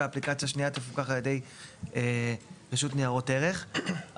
והאפליקציה השנייה תפוקח על ידי הרשות לניירות ערך,